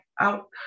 out